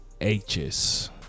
H's